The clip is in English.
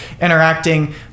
interacting